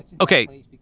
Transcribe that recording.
Okay